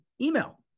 email